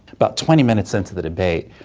about twenty minutes into the debate,